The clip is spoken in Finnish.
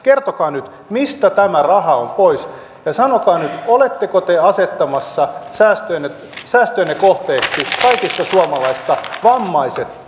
kertokaa nyt mistä tämä raha on pois ja sanokaa nyt oletteko te asettamassa säästöjenne kohteeksi kaikista suomalaisista vammaiset vanhukset